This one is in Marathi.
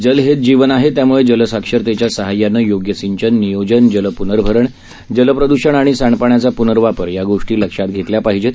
जल हेच जीवन आहे त्यामुळे जलसाक्षरतेच्या साहाय्यानं योग्य सिंचन नियोजन जल पुनर्भरण जलप्रदृषण आणि सांडपाण्याचा पुनर्वापर या गोष्पी लक्षात घेतल्या पाहिजेत